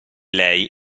lei